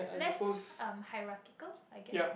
less uh hierarchical I guess